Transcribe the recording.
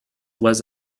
was